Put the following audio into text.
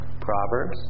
Proverbs